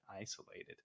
isolated